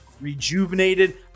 rejuvenated